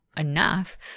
enough